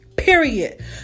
Period